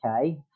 Okay